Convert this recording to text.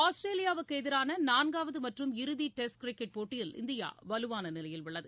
ஆஸ்திரேலியாவுக்கு எதிரான நான்காவது மற்றும் இறுதி டெஸ்ட் கிரிக்கெட் போட்டியில் இந்தியா வலுவான நிலையில் உள்ளது